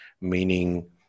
meaning